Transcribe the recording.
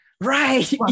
Right